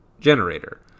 generator